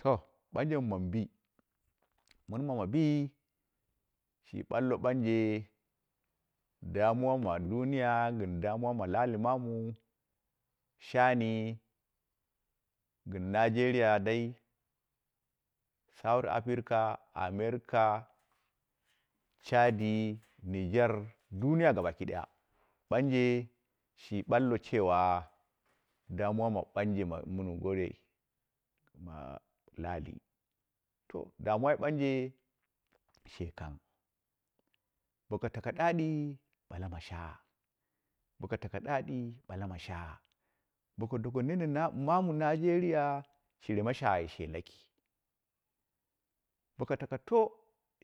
To ɓanje mɨ mami bi, min mamma bi, shi ɓallo ɓanje damuma ma duniya gɨn damuwa ma laali maame shani gin nigeria dai, south afirca, america, chadi, niger, duniya gaboki ɗaya. Ɓanje shi ɓalle cewa damuwa ma pani ɓanje mɨn gorei ma laalito damuwai ɓanje she kang boko tako ɗaɗɨ ɓala ma shaagha, boko tako ɗaɗi ɓala ma shaagha, bako doka mamu ɓanje nigeria shire a gato laki, boko tako to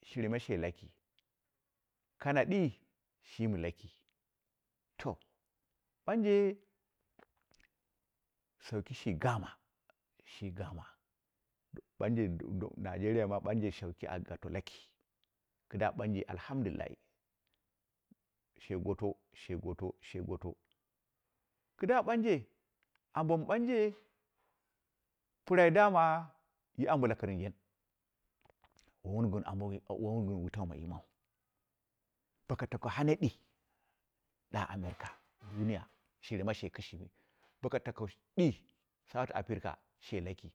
shire ma shhe laki, kana ɗii shimi laki, to ɓanje sauki shi gama, shi gama, banje dong nigeriai ma sauki a gato laki alhamdulillahi, she goto, she goto, she goto, kɨdda ɓanje ambom ɓanje pɨrai dama yi ambo lakɨr injen wowun gɨn ambo wowun gɨn wutau ma yimau, boko tako hane ɗi ɗa america, duniya shire mashe kɨshimi boko tako ɗɨ south africa shire ma she kɨshimi.